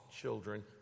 children